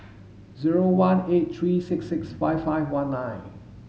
zero one eight three six six five five one nine